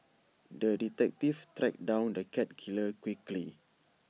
the detective tracked down the cat killer quickly